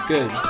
Good